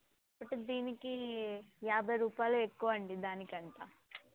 but దీనికి యాభై రూపాయలు ఎక్కువ అండి దానికంటే